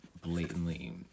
blatantly